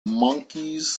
monkeys